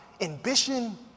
ambition